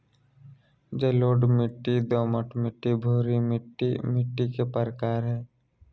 जलोढ़ मिट्टी, दोमट मिट्टी, भूरी मिट्टी मिट्टी के प्रकार हय